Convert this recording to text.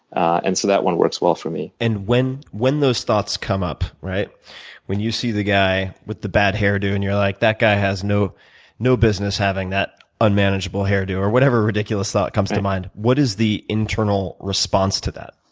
and so that one work swell for me. and when when those thoughts come up, when you see the guy with the bad hairdo and you're like that guy has no no business having that unmanageable hairdo or whatever ridiculous thought comes to mind, what is the internal response to that?